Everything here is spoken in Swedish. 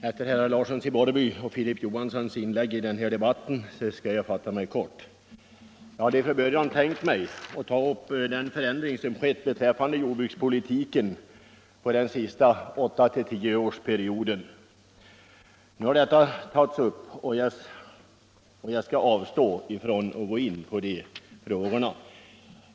Fru talman! Efter de anföranden som herrar Larsson i Borrby och Johansson i Holmgården m.fl. hållit i den här debatten skall jag fatta mig kort. Jag hade från början tänkt att ta upp den förändring som skett beträffande jordbrukspolitiken under de senaste åtta å tio åren. Nu har den saken redan berörts, och jag skall därför avstå från att gå in på de frågorna.